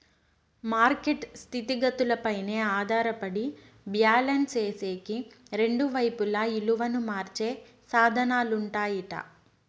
market స్థితిగతులపైనే ఆధారపడి balance సేసేకి రెండు వైపులా ఇలువను మార్చే సాధనాలుంటాయట